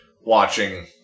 watching